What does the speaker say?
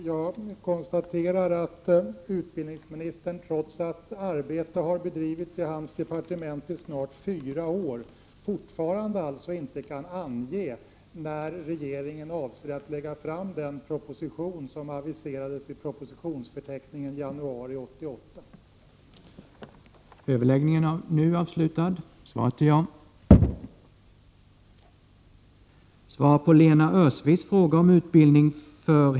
Jag konstaterar att utbildningsministern — trots att arbete har bedrivits i hans departement i snart fyra år — fortfarande inte kan ange när regeringen avser att lägga fram den proposition som aviserades i propositionsförteckningen i januari 1988.